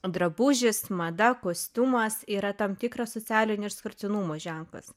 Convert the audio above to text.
drabužis mada kostiumas yra tam tikro socialinio išskirtinumo ženklas